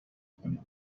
خانواده